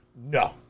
no